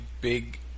big